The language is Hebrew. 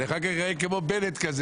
אחר כך אני אראה כמו בנט כזה,